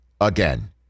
again